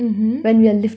mmhmm